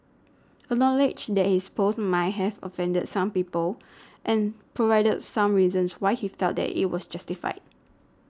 acknowledge that his post might have offended some people and provided some reasons why he felt that it was justified